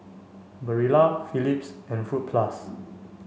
Barilla Phillips and Fruit Plus